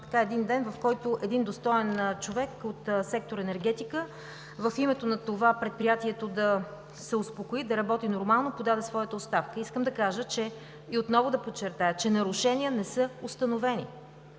това е ден, в който един достоен човек от сектор „Енергетика“ в името на това Предприятието да се успокои, да работи нормално, подаде своята оставка. Искам отново да подчертая, че нарушения не са установени.